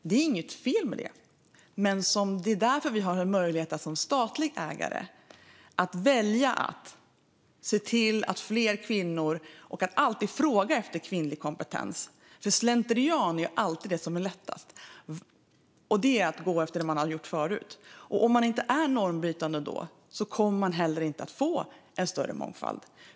Det är inget fel med det, men som statlig ägare har vi en möjlighet att välja att se till att få in fler kvinnor och att alltid fråga efter kvinnlig kompetens. Slentrian är alltid lättast. Det är att göra som man har gjort förut. Om man inte är normbrytande kommer man heller inte att få en större mångfald.